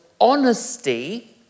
honesty